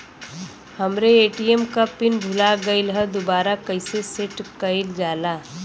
हमरे ए.टी.एम क पिन भूला गईलह दुबारा कईसे सेट कइलजाला?